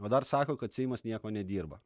o dar sako kad seimas nieko nedirba